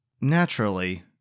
Naturally